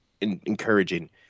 encouraging